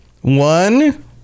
One